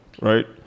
right